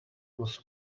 was